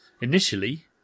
initially